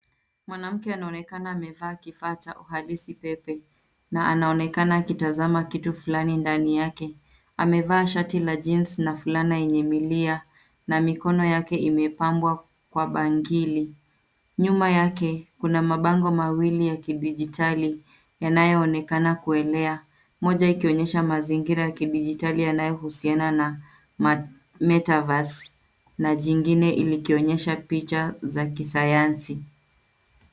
Mwanamke anaonekana amevaa kifaa cha uhalisi pepe na anaonekana akitazama kitu fulani ndani yake. Amevaa shati la jeans na fulana yenye milia na mikono yake imepambwa kwa bangili. Nyuma yake kuna mabango mawili ya kidijitali yanaonekana kuelea, moja ikionyesha mazingira ya kidijitali yanayohusiana na metaverse na jingine likionyesha picha za kisayansi.